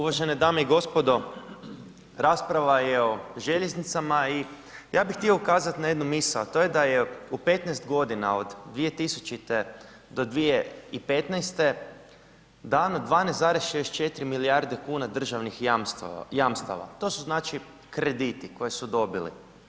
Uvažene dame i gospodo rasprava je o željeznicama i ja bih htio ukazati na jednu misao, a to je da je u 15 godina od 2000. do 2015. dano 12,64 milijarde kuna državnih jamstava to su znači krediti koje su dobili.